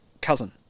cousin